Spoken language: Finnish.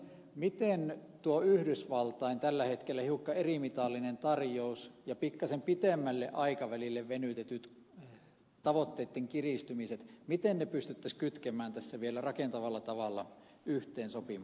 miten tuo yhdysvaltain tällä hetkellä hiukan erimitallinen tarjous ja pikkasen pitemmälle aikavälille venytetyt tavoitteitten kiristymiset pystyttäisiin kytkemään vielä rakentavalla tavalla yhteen sopimukseen